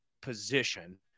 position